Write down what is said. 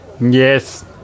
Yes